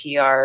PR